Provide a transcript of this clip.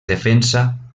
defensa